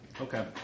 Okay